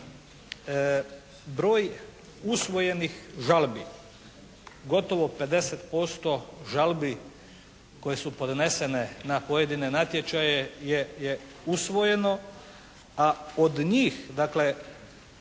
broj usvojenih žalbi. Gotovo 50% žalbi koje su podnesene na pojedine natječaje je usvojeno a od njih dakle,